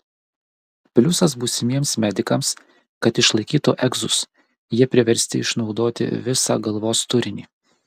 pliusas būsimiems medikams kad išlaikytų egzus jie priversti išnaudoti visą galvos turinį